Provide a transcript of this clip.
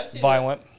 violent